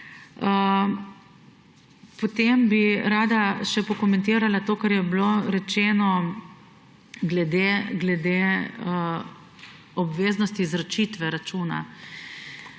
Potem bi rada še pokomentirala to, kar je bilo rečeno glede obveznosti izročitve računa.